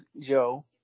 Joe